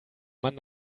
man